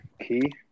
Key